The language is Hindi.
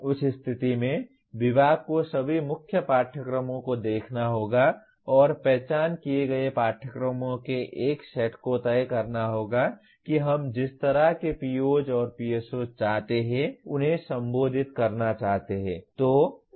उस स्थिति में विभाग को सभी मुख्य पाठ्यक्रमों को देखना होगा और पहचान किए गए पाठ्यक्रमों के एक सेट को तय करना होगा कि हम जिस तरह के POs और PSOs चाहते हैं उन्हें संबोधित करना चाहते हैं